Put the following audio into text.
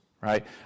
right